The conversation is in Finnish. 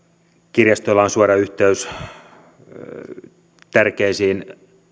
kirjastoilla on suora yhteys tärkeisiin